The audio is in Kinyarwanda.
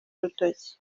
urutoki